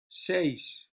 seis